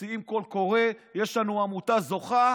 מוציאים קול קורא, יש לנו עמותה זוכה,